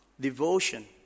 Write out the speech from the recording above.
devotion